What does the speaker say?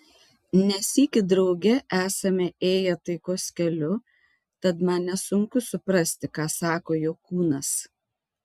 ne sykį drauge esame ėję taikos keliu tad man nesunku suprasti ką sako jo kūnas